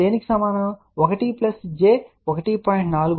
1 j 1